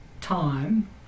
time